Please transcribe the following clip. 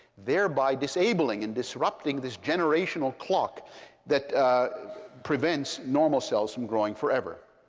thereby disabling and disrupting this generational clock that prevents normal cells from growing forever.